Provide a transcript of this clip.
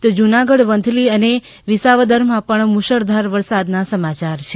તો જુનાગઢ વંથલી અને વિસાવદરમાં પણ મુશળધાર વરસાદ ના સમાચાર છે